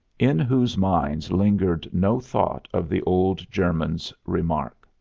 in whose minds lingered no thought of the old german's remark.